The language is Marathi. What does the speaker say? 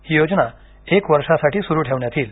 ही योजना एक वर्षासाठी सुरु ठेवण्यात येईल